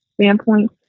standpoint